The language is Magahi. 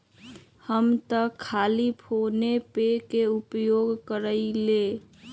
हम तऽ खाली फोनेपे के उपयोग करइले